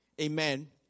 Amen